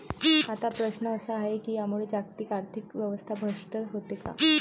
आता प्रश्न असा आहे की यामुळे जागतिक आर्थिक व्यवस्था भ्रष्ट होते का?